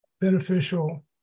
beneficial